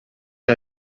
que